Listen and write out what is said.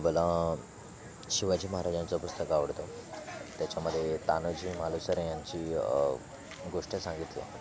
मला शिवाजी महाराजांचं पुस्तक आवडतं त्याच्यामध्ये तानाजी मालुसरे यांची गोष्ट सांगितली आहे